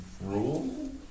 rule